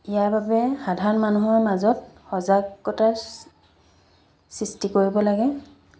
ইয়াৰ বাবে সাধাৰণ মানুহৰ মাজত সজাগতাৰ সৃষ্টি কৰিব লাগে